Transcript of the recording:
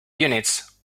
units